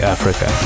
Africa